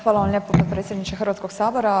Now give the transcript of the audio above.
Hvala vam lijepo potpredsjedniče Hrvatskoga sabora.